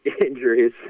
injuries